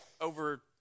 over